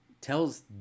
tells